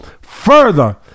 further